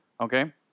Okay